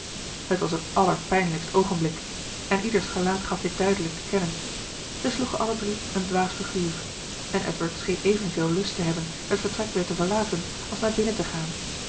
het was een allerpijnlijkst oogenblik en ieders gelaat gaf dit duidelijk te kennen zij sloegen alle drie een dwaas figuur en edward scheen evenveel lust te hebben het vertrek weer te verlaten als naar binnen te gaan